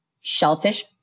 shellfish